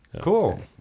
Cool